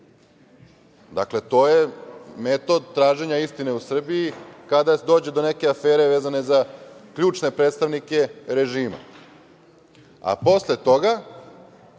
to je metod traženja istine u Srbiji kada dođe do neke afere vezane za ključne predstavnike režima, a posle toga